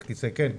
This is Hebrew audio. כיסא כן,